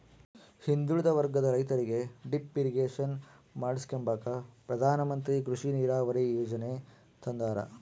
ಹಿಂದುಳಿದ ವರ್ಗದ ರೈತರಿಗೆ ಡಿಪ್ ಇರಿಗೇಷನ್ ಮಾಡಿಸ್ಕೆಂಬಕ ಪ್ರಧಾನಮಂತ್ರಿ ಕೃಷಿ ನೀರಾವರಿ ಯೀಜನೆ ತಂದಾರ